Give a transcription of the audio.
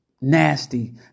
nasty